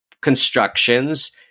constructions